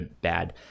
bad